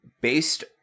based